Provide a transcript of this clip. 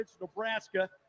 Nebraska